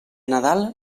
nadal